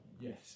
Yes